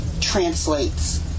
translates